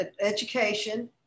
education